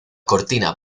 cortina